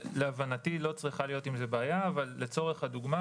להבנתי לא צריכה להיות עם זה בעיה אבל לצורך הדוגמה,